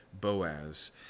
Boaz